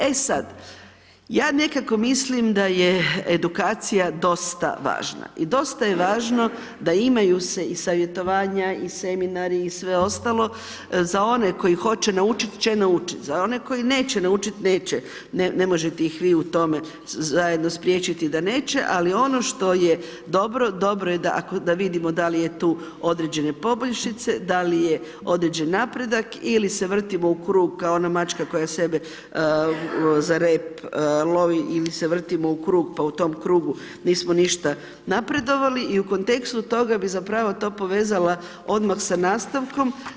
E sad, ja nekako mislim da je edukacija dosta važna i dosta je važno da imaju se i savjetovanja i seminari i sve ostalo za one koji hoće naučit će naučit, za one koji neće naučit, neće, ne možete ih vi u tome zajedno spriječiti da neće ali ono što je dobro, dobro je da vidimo da li je tu određene poboljšice, da li je određen napredak ili se vrtimo u krug kao ona mačka koja sebe za rep lovi ili se vrtimo u krug pa u tom krugu nismo ništa napredovali i u kontekstu toga bi zapravo to povezala odmah sa nastavkom.